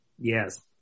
Yes